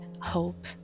hope